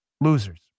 Losers